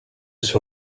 sur